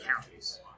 counties